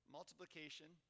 Multiplication